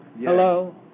Hello